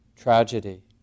tragedy